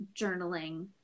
journaling